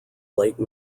late